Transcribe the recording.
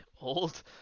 old